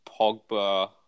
Pogba